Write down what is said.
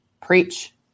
Preach